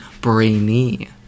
Brainy